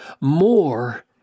more